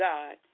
God